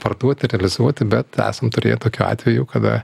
parduoti realizuoti bet esam turėję tokių atvejų kada